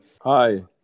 Hi